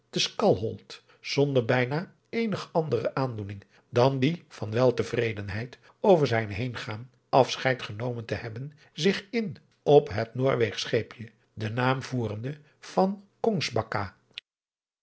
johannes wouter blommesteyn der bijna eenige andere aandoening dan die van weltevredenheid over zijn heengaan afscheid genomen te hebben zich in op het noorweegsch scheepje den naam voerende van